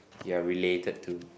you're related to